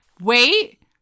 wait